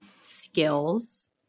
skills